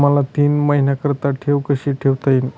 मला तीन महिन्याकरिता ठेव कशी ठेवता येईल?